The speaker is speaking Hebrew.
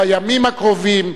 בימים הקרובים,